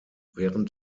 während